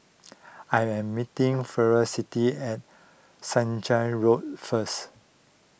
I am meeting Felicity at Road first